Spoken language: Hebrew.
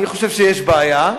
אני חושב שיש בעיה.